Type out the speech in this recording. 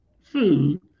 food